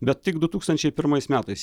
bet tik du tūkstančiai pirmais metais